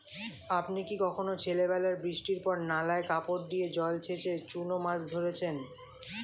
আপনি কি কখনও ছেলেবেলায় বৃষ্টির পর নালায় কাপড় দিয়ে জল ছেঁচে চুনো মাছ ধরেছেন?